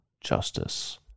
Justice